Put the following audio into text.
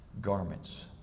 garments